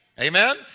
Amen